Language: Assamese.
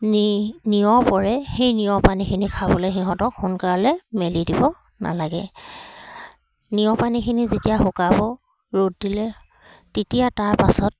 নী নিয়ৰ পৰে সেই নিয়ৰ পানীখিনি খাবলৈ সিহঁতক সোনকালে মেলি দিব নালাগে নিয়ৰ পানীখিনি যেতিয়া শুকাব ৰ'দ দিলে তেতিয়া তাৰপাছত